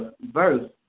verse